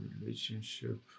relationship